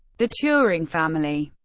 the turing family